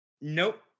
Nope